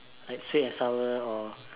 like sweet and sour or